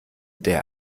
der